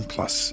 Plus